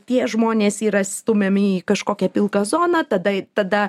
tie žmonės yra stumiami į kažkokią pilką zoną tada tada